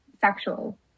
sexual